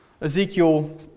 Ezekiel